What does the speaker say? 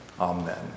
Amen